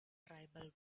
tribal